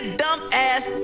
dumb-ass